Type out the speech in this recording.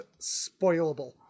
spoilable